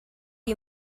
you